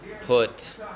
put